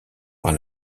par